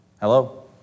Hello